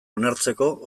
onartzeko